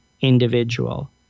individual